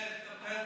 צריך לטפל